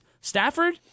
Stafford